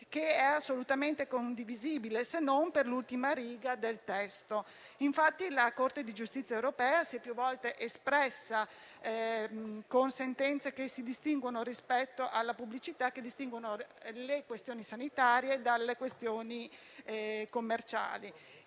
che è assolutamente condivisibile se non per l'ultima riga del testo. Infatti la Corte di giustizia dell'Unione europea si è più volte espressa con sentenze che distinguono rispetto alla pubblicità le questioni sanitarie da quelle commerciali.